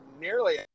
nearly –